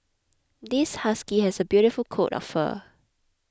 this husky has a beautiful coat of fur